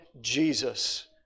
Jesus